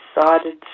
decided